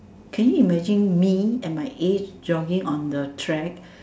can you imagine me at my age jogging on the track